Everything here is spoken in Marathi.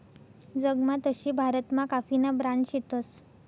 जगमा तशे भारतमा काफीना ब्रांड शेतस